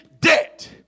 debt